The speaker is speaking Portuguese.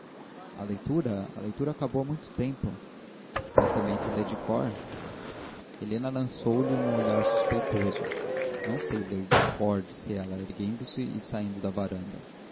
a leitura a leitura acabou há muito tempo mas também se lê de cor helena lançou-lhe um olhar suspeitoso não sei ler de cor disse ela erguendo-se e saindo da varanda